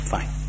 Fine